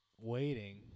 waiting